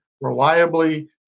reliably